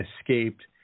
escaped